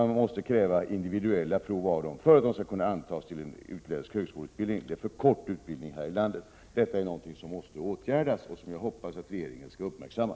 Man måste kräva individuella prov av dem för att de skall kunna antas i en utländsk högskoleutbildning. Det är för kort utbildning här i landet. Det är någonting som måste åtgärdas och som jag hoppas regeringen skall uppmärksamma.